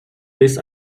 bis